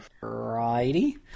Righty